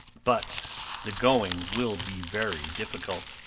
but the going will be very difficult.